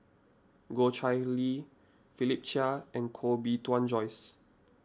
Goh Chiew Lye Philip Chia and Koh Bee Tuan Joyce